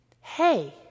Hey